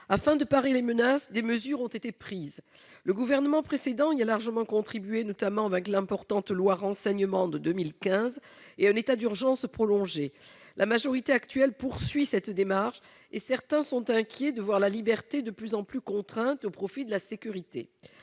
Afin de parer les menaces, des mesures ont été prises. Le gouvernement précédent y a largement contribué, notamment avec l'importante loi relative au renseignement de 2015 et un état d'urgence prolongé. La majorité actuelle poursuit cette démarche, et certains sont inquiets de voir la liberté de plus en plus contrainte au profit de la sécurité.